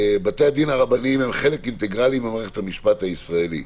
"בתי הדין הרבניים הם חלק אינטגרלי ממערכת המשפט הישראלי.